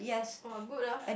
!wah! good ah